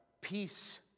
peace